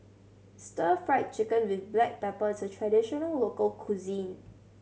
Stir Fried Chicken with black pepper is a traditional local cuisine